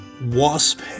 Wasp